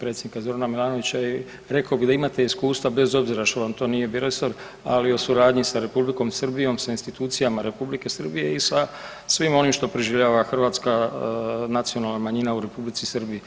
Predsjednika Z. Milanovića i rekao bih da imate iskustva bez obzira što vam to nije bio resor ali u suradnji sa Republikom Srbijom, sa institucijama Republike Srbije i sa svim onim što proživljava hrvatska nacionalna manjina u Republici Srbiji.